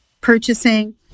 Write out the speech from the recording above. purchasing